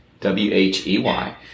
W-H-E-Y